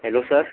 hello sir